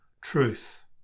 truth